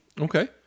Okay